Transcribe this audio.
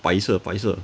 白色白色